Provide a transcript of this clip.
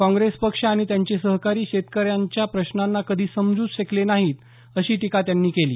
काँग्रेस पक्ष आणि त्यांचे सहकारी शेतकऱ्यांच्या प्रश्नांना कधी समजूच शकले नाहीत अशी टीका त्यांनी केली